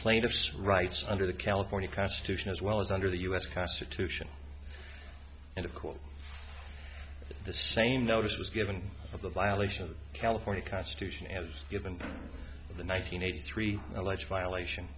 plaintiffs rights under the california constitution as well as under the u s constitution and of course the same notice was given of the violation of the california constitution as given the nine hundred eighty three alleged violation